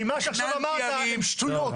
כי מה שעכשיו אמרת הם שטויות.